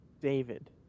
David